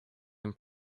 and